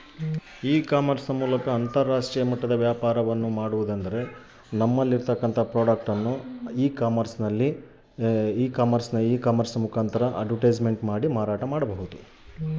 E commerce ನ ಮೂಲಕ ಅಂತರಾಷ್ಟ್ರೇಯ ಮಟ್ಟದ ವ್ಯಾಪಾರವನ್ನು ನಾವೆಲ್ಲರೂ ಮಾಡುವುದೆಂದರೆ?